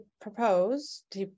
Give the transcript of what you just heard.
proposed